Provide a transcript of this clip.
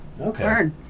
Okay